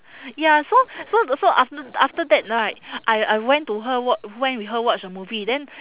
ya so so so after after that right I I went to her wa~ went with her watch a movie then